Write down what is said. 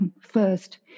first